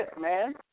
man